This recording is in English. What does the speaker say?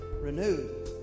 renewed